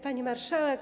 Pani Marszałek!